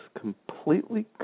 completely